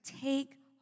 Take